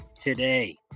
today